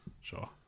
Sure